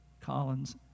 Collins